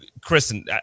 Kristen